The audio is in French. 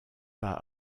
pas